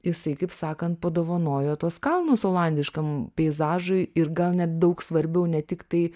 jisai kaip sakant padovanojo tuos kalnus olandiškam peizažui ir gal net daug svarbiau ne tiktai